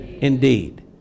indeed